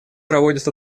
проводит